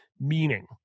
Meaning